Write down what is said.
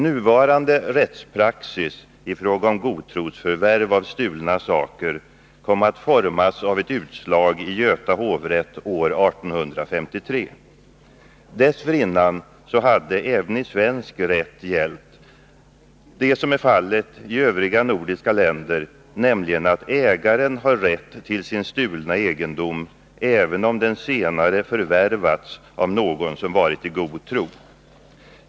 Nuvarande rättspraxis i fråga om godtrosförvärv av stulna saker kom att formas av ett utslag i Göta hovrätt år 1853. Dessförinnan hade även i svensk rätt gällt vad som är fallet i övriga nordiska länder, nämligen att ägaren har rätt till sin stulna egendom även om den senare förvärvats av någon som varit igod tro.